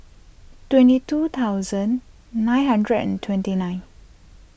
twenty two thousand nine hundred and twenty nine